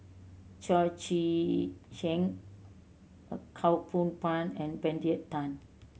Cheo Chai Hiang Khaw Boon Wan and Benedict Tan